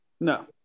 No